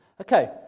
Okay